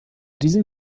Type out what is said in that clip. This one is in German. diesem